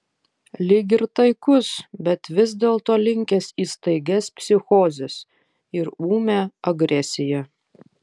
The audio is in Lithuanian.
lyg ir taikus bet vis dėlto linkęs į staigias psichozes ir ūmią agresiją